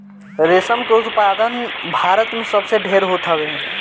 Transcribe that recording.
रेशम के उत्पादन भारत में सबसे ढेर होत हवे